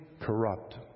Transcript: corrupt